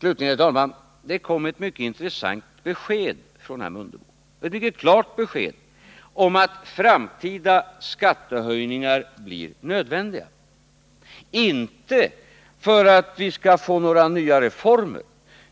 Det kom, herr talman, ett mycket intressant och klart besked från herr Mundebo om att framtida skattehöjningar blir nödvändiga, inte för att några nya reformer skall genomföras,